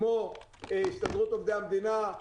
כמו הסתדרות עובדי המדינה,